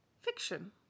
Fiction